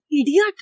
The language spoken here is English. Idiot